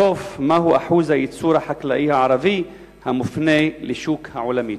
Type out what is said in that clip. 6. מהו אחוז הייצור החקלאי הערבי המופנה לשוק העולמי?